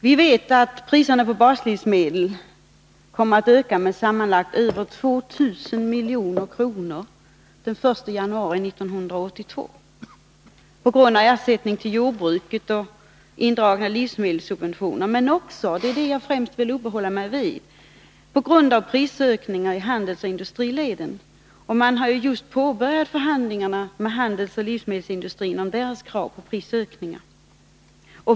Vi vet att priserna på baslivsmedel kommer att öka med sammanlagt över 2 000 milj.kr. den 1 januari 1982 på grund av ersättningen till jordbruket och indragna livsmedelsubventioner men också — och det är detta jag främst vill uppehålla mig vid — på grund av prisökningar i handelsoch industrileden. Förhandlingar har just påbörjats med handeln och livsmedelsindustrin om deras krav på prisökningar.